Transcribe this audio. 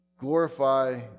glorify